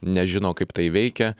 nežino kaip tai veikia